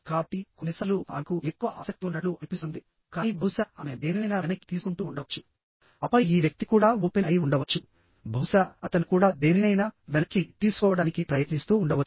కాబట్టి కొన్నిసార్లు ఆమెకు ఎక్కువ ఆసక్తి ఉన్నట్లు అనిపిస్తుంది కానీ బహుశా ఆమె దేనినైనా వెనక్కి తీసుకుంటూ ఉండవచ్చు ఆపై ఈ వ్యక్తి కూడా ఓపెన్ అయి ఉండవచ్చు బహుశా అతను కూడా దేనినైనా వెనక్కి తీసుకోవడానికి ప్రయత్నిస్తూ ఉండవచ్చు